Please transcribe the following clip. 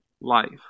life